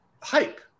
hype